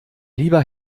lieber